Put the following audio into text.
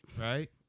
Right